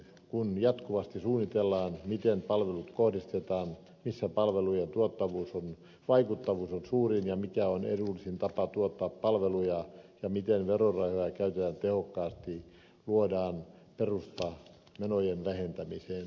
kun jatkuvasti suunnitellaan miten palvelut kohdistetaan missä palvelujen vaikuttavuus on suurin ja mikä on edullisin tapa tuottaa palveluja ja miten verorahoja käytetään tehokkaasti luodaan perusta menojen vähentämiseen